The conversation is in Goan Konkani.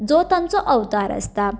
जो तांचो अवतार आसता